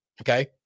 okay